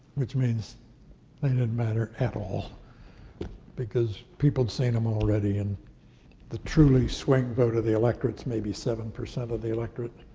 which means they didn't matter at all because people had seen them already, and the truly swing vote of the electorate's maybe seven percent of the electorate.